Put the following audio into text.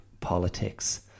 politics